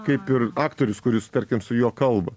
kaip ir aktorius kuris tarkim su juo kalba